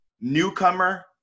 newcomer